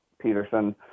Peterson